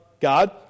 God